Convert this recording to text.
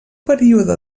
període